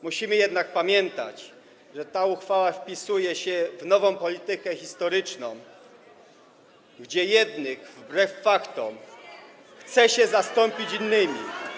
Musimy jednak pamiętać, że ta uchwała wpisuje się w nową politykę historyczną, gdzie jednych, wbrew faktom, chce się zastąpić innymi.